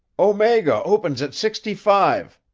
omega opens at sixty-five,